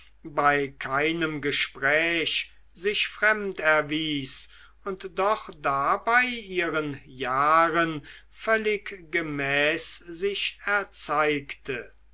bei keinem gespräch sich fremd erwies und doch dabei ihren jahren völlig gemäß sich erzeigte